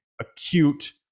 acute